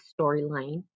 storyline